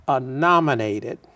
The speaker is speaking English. nominated